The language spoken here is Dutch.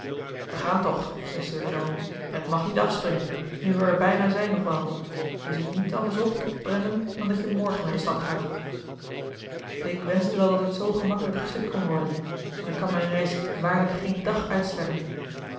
we gaan toch zei sir john het mag niet afspringen nu we er bijna zijn nog wel er zit niet anders op brandon dan dat je morgen naar de stad gaat ik wenschte wel dat het zoo gemakkelijk geschikt kon worden maar ik kan mijn reis waarlijk geen dag uitstellen